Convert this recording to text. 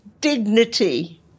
dignity